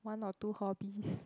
one or two hobbies